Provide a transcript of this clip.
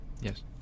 yes